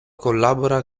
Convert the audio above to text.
collabora